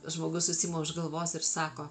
žmogus susiima už galvos ir sako